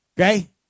Okay